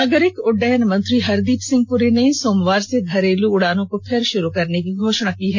नागरिक उड्डयन मंत्री हरदीप सिंह पुरी ने सोमवार से घरेलू उड़ानों को फिर शुरू करने की घोषणा की है